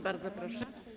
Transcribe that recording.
Bardzo proszę.